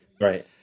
Right